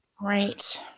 Right